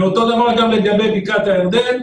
ואותו דבר גם לגבי בקעת הירדן.